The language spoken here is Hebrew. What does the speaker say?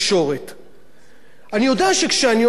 אני יודע שכשאני אומר את הדברים כאן היום,